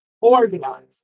organized